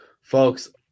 folks